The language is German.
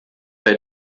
bei